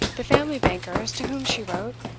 the family bankers, to whom she wrote,